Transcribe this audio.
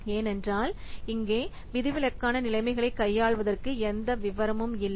ஏனென்றால் இங்கே விதிவிலக்கான நிலைமைகளை கையாள்வதற்கு எந்த விவரமும் இல்லை